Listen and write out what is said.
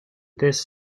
this